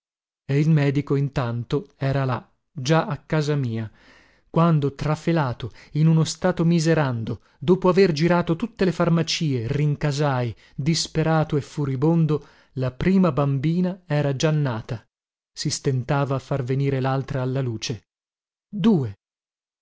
e il medico intanto era là già a casa mia quando trafelato in uno stato miserando dopo aver girato tutte le farmacie rincasai disperato e furibondo la prima bambina era già nata si stentava a far venir laltra alla luce due